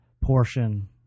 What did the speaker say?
portion